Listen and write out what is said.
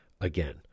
again